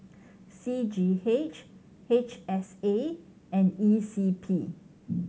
C G H H S A and E C P